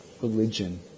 religion